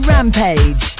Rampage